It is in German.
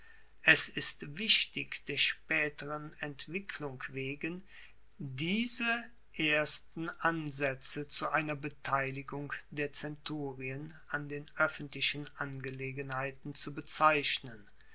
es ist wichtig der spaeteren entwicklung wegen diese ersten ansaetze zu einer beteiligung der zenturien an den oeffentlichen angelegenheiten zu bezeichnen